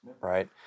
Right